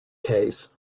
case